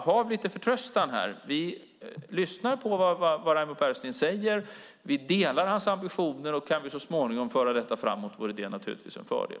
Ha lite förtröstan här. Vi lyssnar på vad Raimo Pärssinen säger. Vi delar hans ambitioner. Kan vi så småningom föra detta framåt vore det naturligtvis en fördel.